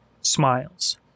smiles